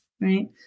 right